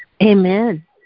Amen